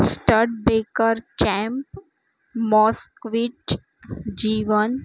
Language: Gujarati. સ્ટર્ડ બેકર ચેમ્પ મોસ્કવિટ જી વન